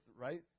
right